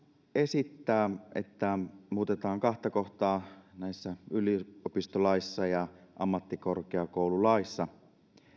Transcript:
esittää että muutetaan kahta kohtaa yliopistolaissa ja ammattikorkeakoululaissa se